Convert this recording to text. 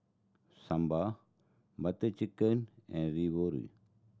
Sambar Butter Chicken and Ravioli